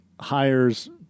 hires